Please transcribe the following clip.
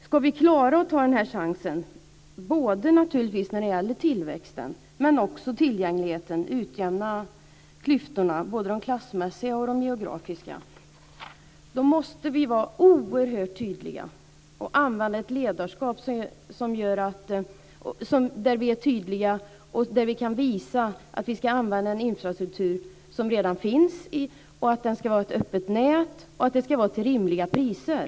Ska vi klara att ta denna chans både vad det gäller tillväxten och tillgängligheten och utjämna de klassmässiga och geografiska skillnaderna måste vi tillämpa ett ledarskap där vi är oerhört tydliga. Vi måste visa att vi ska använda en infrastruktur som redan finns, att det ska vara ett öppet nät och att det ska vara rimliga priser.